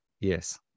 Yes